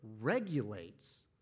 regulates